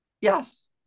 yes